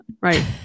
right